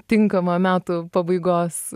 tinkama metų pabaigos